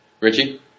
Richie